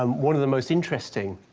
um one of the most interesting